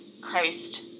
Christ